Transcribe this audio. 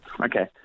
Okay